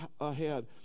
ahead